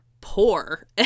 poor